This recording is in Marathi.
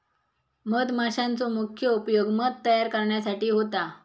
मधमाशांचो मुख्य उपयोग मध तयार करण्यासाठी होता